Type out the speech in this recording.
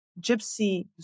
gypsy